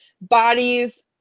bodies